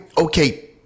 Okay